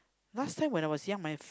last time when I was young my